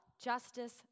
justice